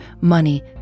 money